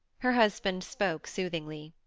her husband spoke soothingly.